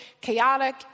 chaotic